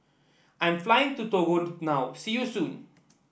I'm flying to Togo now see you soon